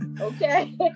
okay